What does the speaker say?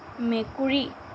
মেকুৰী